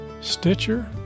Stitcher